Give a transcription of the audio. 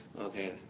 Okay